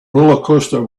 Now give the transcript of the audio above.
rollercoaster